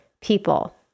people